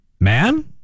man